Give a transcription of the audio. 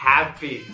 Happy